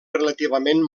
relativament